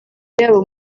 yabo